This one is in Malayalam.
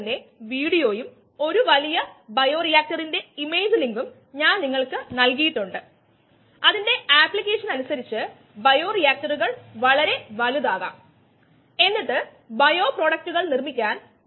മുമ്പ് സൂചിപ്പിച്ചതുപോലെ വ്യത്യസ്ത ഉൽപ്പന്നങ്ങൾ രൂപപ്പെടുന്നതിന് കാരണമാകുന്ന ഏജന്റുകളായി എൻസൈമുകൾ ബയോ റിയാക്ടറുകളിൽ ഉപയോഗിക്കാൻ കഴിയും